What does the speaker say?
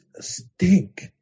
stink